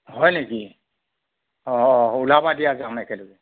হয় নেকি অ' ওলাবা দিয়া যাম একেলগে